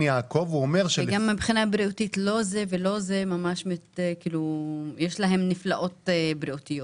מבחינה בריאותית לא זה לא זה יש להם נפלאות בריאותיות.